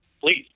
please